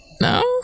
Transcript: No